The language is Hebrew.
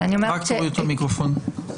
אנחנו מבינים